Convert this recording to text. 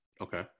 okay